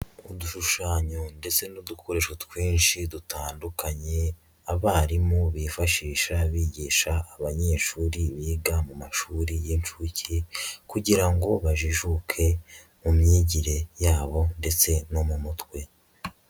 Udushushanyo ndetse n'udukoresho twinshi dutandukanye, abarimu bifashisha bigisha abanyeshuri biga mu mashuri y'inshuke kugira ngo bajijuke mu myigire yabo ndetse no mu mutwe.